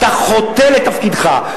אתה חוטא לתפקידך.